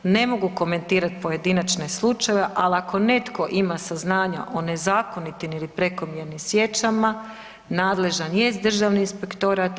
Ne mogu komentirati pojedinačne slučajeve, ali ako netko ima saznanja o nezakonitim ili prekomjernim sječama nadležan jest Državni inspektorat.